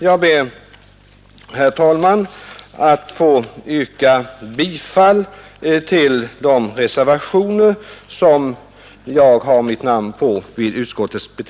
Jag ber, herr talman, att få yrka bifall till de reservationer där mitt namn förekommer.